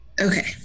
Okay